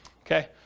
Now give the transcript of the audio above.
Okay